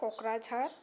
Kokrajhar